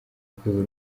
rwego